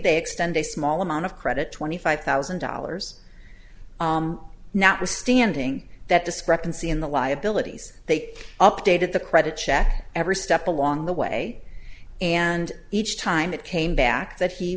they extend a small amount of credit twenty five thousand dollars notwithstanding that discrepancy in the liabilities they updated the credit check every step along the way and each time it came back that he